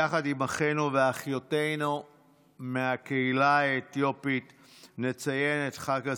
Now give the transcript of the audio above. יחד עם אחינו ואחיותינו מהקהילה האתיופית נציין את חג הסגד.